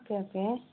okay okay